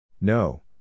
No